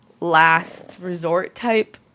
last-resort-type